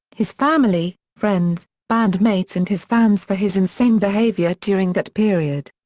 his family, friends, band mates and his fans for his insane behavior during that period.